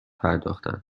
پرداختند